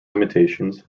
limitations